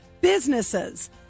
businesses